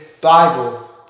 Bible